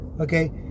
Okay